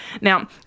now